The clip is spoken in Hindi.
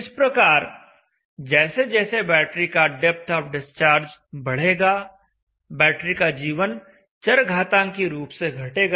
इस प्रकार जैसे जैसे बैटरी का डेप्थ आफ डिस्चार्ज बढ़ेगा बैटरी का जीवन चरघातांकी रूप से घटेगा